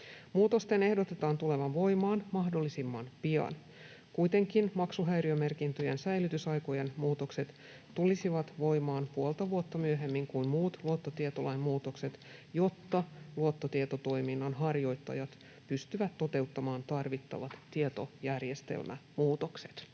Muutosten ehdotetaan tulevan voimaan mahdollisimman pian. Kuitenkin maksuhäiriömerkintöjen säilytysaikojen muutokset tulisivat voimaan puolta vuotta myöhemmin kuin muut luottotietolain muutokset, jotta luottotietotoiminnan harjoittajat pystyvät toteuttamaan tarvittavat tietojärjestelmämuutokset.